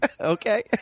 Okay